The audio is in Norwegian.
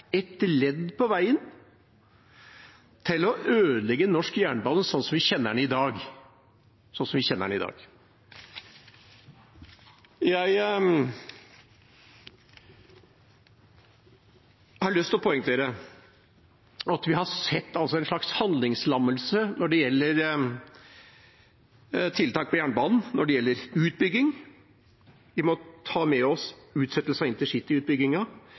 et ledd på veien til å ødelegge norsk jernbane sånn som vi kjenner den i dag. Jeg har lyst til å poengtere at vi har sett en slags handlingslammelse når det gjelder tiltak på jernbanen, og når det gjelder utbygging. Vi må ta med oss utsettelse av